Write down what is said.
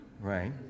right